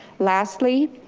lastly,